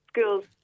schools